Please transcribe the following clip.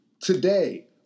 today